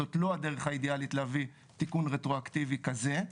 זאת לא הדרך האידיאלית להביא תיקון רטרואקטיבי כזה,